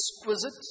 exquisite